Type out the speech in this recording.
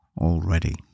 already